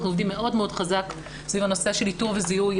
אנחנו עובדים מאוד מאוד חזק סביב הנושא של איתור וזיהוי.